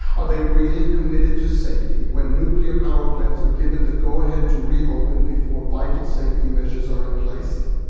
are they really committed to safety when nuclear power plants are given the go-ahead to re-open before vital safety measures are in place?